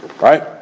Right